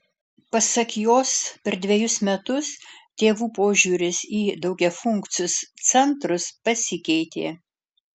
pasak jos per dvejus metus tėvų požiūris į daugiafunkcius centrus pasikeitė